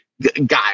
Guy